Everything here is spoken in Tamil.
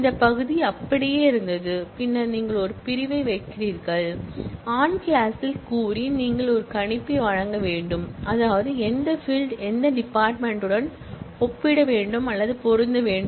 இந்த பகுதி அப்படியே இருந்தது பின்னர் நீங்கள் ஒரு பிரிவை வைக்கிறீர்கள் ஆன் கிளாஸில் கூறி நீங்கள் ஒரு கணிப்பை வழங்க வேண்டும் அதாவது எந்த ஃபீல்ட் எந்த டிபார்ட்மென்ட் உடன் ஒப்பிட வேண்டும் அல்லது பொருந்த வேண்டும்